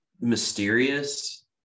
mysterious